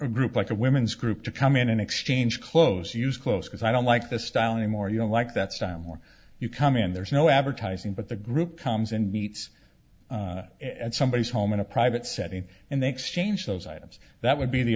group like a women's group to come in and exchange clothes used clothes because i don't like this style any more you don't like that style more you come in there's no advertising but the group comes and meets at somebody's home in a private setting and they exchange those items that would be the